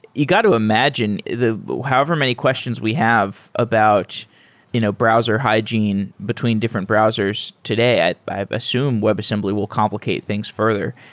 you got to imagine, however many questions we have about you know browser hygiene between different browsers today. i i assume webassembly will complicate things further.